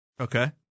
Okay